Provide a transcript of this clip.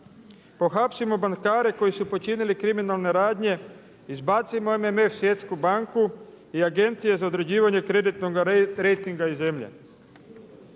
Pohapsimo bankare koji su počinili kriminalne radnje, izbacimo MMF svjetsku banku i agencije za određivanje kreditnoga rejtinga iz zemlje.